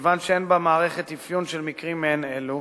מכיוון שאין במערכת אפיון של מקרים מעין אלו,